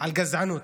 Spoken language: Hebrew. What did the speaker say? על גזענות.